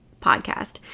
podcast